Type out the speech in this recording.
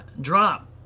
drop